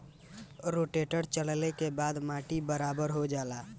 rotator चलले के बाद माटी बराबर हो जाला